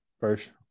First